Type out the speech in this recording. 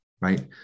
right